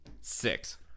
Six